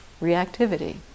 reactivity